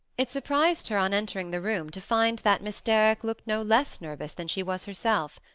it surprised her, on entering the room, to find that miss derrick looked no less nervous than she was herself.